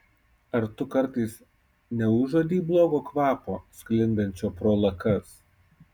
ar tu kartais neužuodei blogo kvapo sklindančio pro lakas